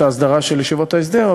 הסדרה של ישיבות ההסדר,